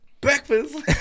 Breakfast